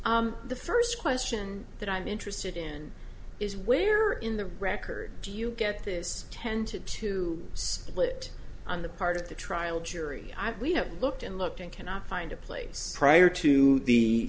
the first question that i'm interested in is where in the record do you get this tended to split on the part of the trial jury we have looked and looked and cannot find a place prior to the